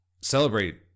celebrate